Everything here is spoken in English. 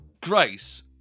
Grace